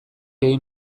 egin